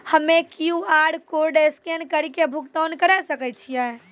हम्मय QR code scan कड़ी के भुगतान करें सकय छियै?